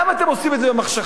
למה אתם עושים את זה במחשכים?